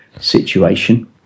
situation